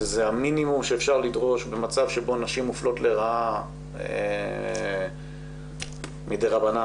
זה המינימום שאפשר לדרוש במצב שבו נשים מופלות לרעה מדי רבנן,